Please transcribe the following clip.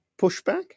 pushback